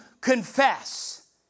confess